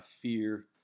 fear